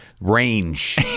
range